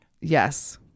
Yes